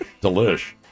Delish